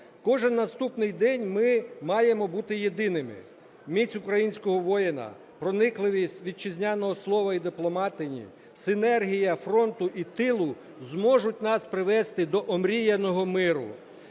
Кожен наступний день ми маємо бути єдиними, міць українського воїна, проникливість вітчизняного слова і дипломатії, синергія фронту і тилу зможуть нас привести до омріяного миру.